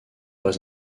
pas